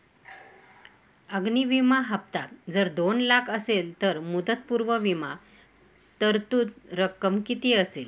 अग्नि विमा हफ्ता जर दोन लाख असेल तर मुदतपूर्व विमा तरतूद रक्कम किती असेल?